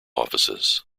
offices